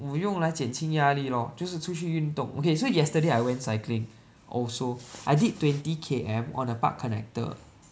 我用来减轻压力 lor 就是出去运动 okay so yesterday I went cycling also I did twenty K_M on a park connector